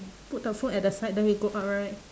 put the phone at the side then we go out right